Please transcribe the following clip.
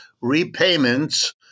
repayments